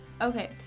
Okay